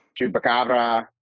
Chupacabra